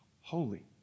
holy